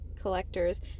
Collectors